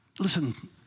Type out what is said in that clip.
Listen